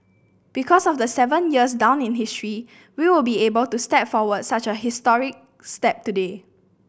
because of the seven years down in history we will be able to step forward such a historic step today